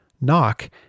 Knock